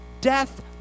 death